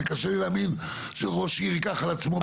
וקשה לי להאמין שראש עיר ייקח על עצמו.